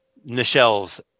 Nichelle's